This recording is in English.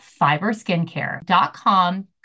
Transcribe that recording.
FiberSkincare.com